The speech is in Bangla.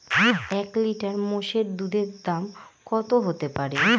এক লিটার মোষের দুধের দাম কত হতেপারে?